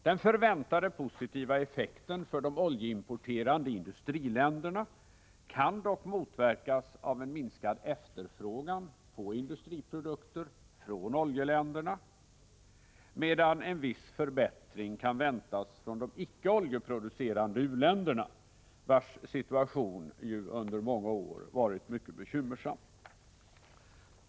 Den förväntade positiva effekten för de oljeimporterande industriländerna kan dock motverkas av en minskad efterfrågan på industriprodukter från oljeländerna, medan en viss förbättring kan väntas från de icke oljeproducerande u-länderna, vars situation under många år varit mycket bekymmersam.